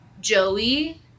joey